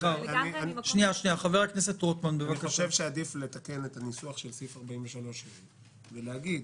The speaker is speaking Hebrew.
אני חושב שעדיף לתקן את הניסוח של סעיף 43ה ולהגיד: